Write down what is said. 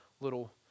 little